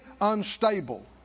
unstable